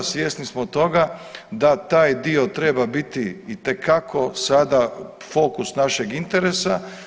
Svjesni smo toga da taj dio treba biti itekako sada fokus našeg interesa.